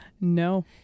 No